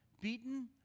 beaten